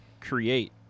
create